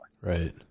Right